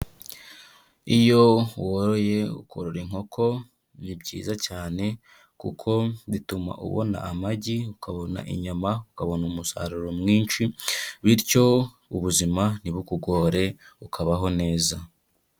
Iyo woroye ukurora inkoko ni byiza cyane kuko bituma ubona amagi, ukabona inyama, ukabona umusaruro mwinshi bityo ubuzima ntibukugore ukabaho neza.